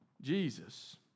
Jesus